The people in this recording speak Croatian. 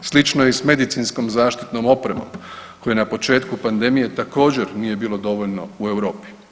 Slično je i sa medicinskom zaštitnom opremom koje na početku pandemije također nije bilo dovoljno u Europi.